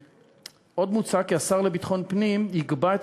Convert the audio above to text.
עוד מוצע כי השר לביטחון פנים יקבע את